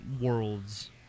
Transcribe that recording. worlds